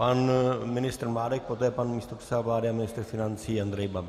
Pan ministr Mládek, poté pan místopředseda vlády a ministr financí Andrej Babiš.